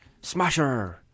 smasher